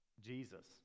jesus